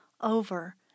over